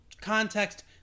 context